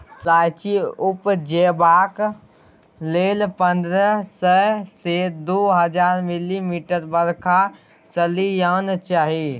इलाइचीं उपजेबाक लेल पंद्रह सय सँ दु हजार मिलीमीटर बरखा सलियाना चाही